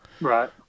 Right